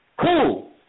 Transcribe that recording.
Cool